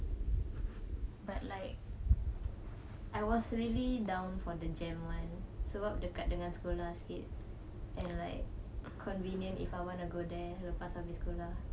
but like I was really down for the JEM [one] sebab dekat dengan sekolah sikit and like convenient if I want to go there lepas habis sekolah